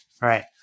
Right